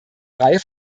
reihe